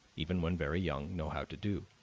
even when very young, know how to do.